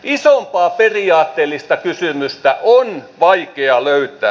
isompaa periaatteellista kysymystä on vaikea löytää